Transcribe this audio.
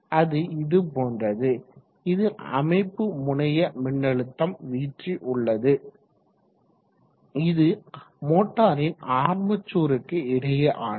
அது இது போன்றது இது அமைப்பு முனைய மின்னழுத்தம் vt உள்ளது இது மோட்டாரின் ஆர்மெச்சூருக்கு இடையே ஆனது